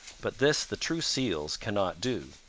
but this the true seals cannot do.